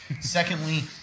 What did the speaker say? Secondly